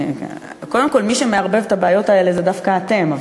קודם כול, מי שמערבב את הבעיות האלה זה דווקא אתם.